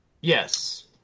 Yes